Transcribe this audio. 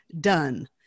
done